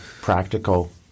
practical